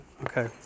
Okay